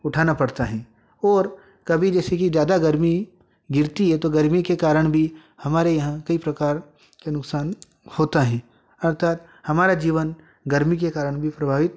उठाना पड़ता है और कभी जैसे की ज्यादा गर्मी गिरती है तो गर्मी के कारण भी हमारे यहाँ कई प्रकार के नुकसान होता है अर्थात हमारा जीवन गर्मी के कारण भी प्रभावित